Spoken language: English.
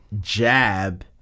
jab